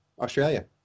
Australia